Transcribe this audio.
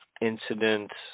incidents